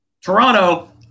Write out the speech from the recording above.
Toronto